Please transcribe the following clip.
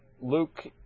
Luke